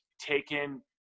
taken